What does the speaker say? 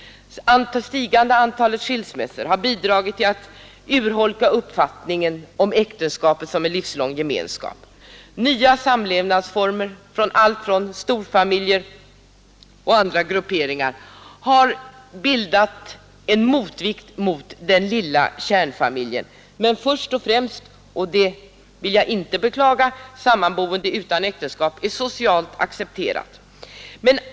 Det stigande antalet skilsmässor har bidragit till att urholka uppfattningen om äktenskapet som en livslång gemenskap. Nya samlevnadsformer, alltifrån storfamiljer till andra grupperingar, har bildat en motvikt till den lilla kärnfamiljen. Men först och främst — och det vill jag inte beklaga — är sammanboende utan äktenskap socialt accepterat.